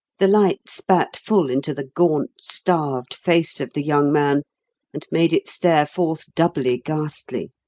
the light spat full into the gaunt, starved face of the young man and made it stare forth doubly ghastly.